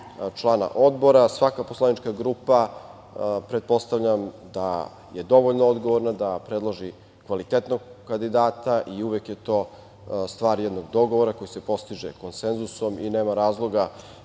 člana Odbora, svaka poslanička grupa, pretpostavljam da je dovoljno odgovorna da predloži kvalitetnog kandidata i uvek je to stvar jednog dogovora koji se postiže konsenzusom i nema razloga